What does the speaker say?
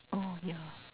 orh ya